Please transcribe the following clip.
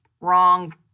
wrong